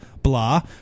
blah